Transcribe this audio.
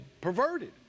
perverted